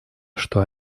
что